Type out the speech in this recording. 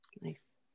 Nice